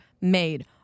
made